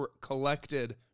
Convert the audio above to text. collected